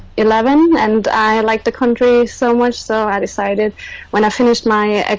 eleven and i liked the country so much so i decided when i finish my